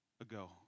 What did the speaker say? ago